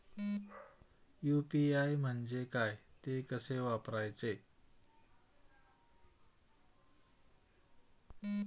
UPI म्हणजे काय, ते कसे वापरायचे?